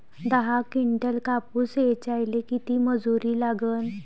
दहा किंटल कापूस ऐचायले किती मजूरी लागन?